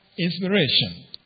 inspiration